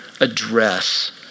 address